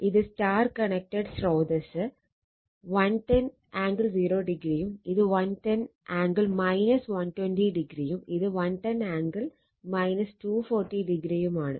ഇത് Y connected സ്രോതസ്സ് 110 angle 0° യും ഇത് 110 ആംഗിൾ 120° യും ഇത് 110 ആംഗിൾ 240° യും ആണ്